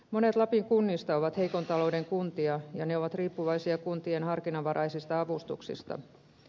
monet lapin kunnista ovat heikon talouden kuntia ja ne ovat riippuvaisia kuntien harkinnanvaraisista avustuksista